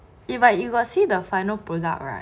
but you got see the final product right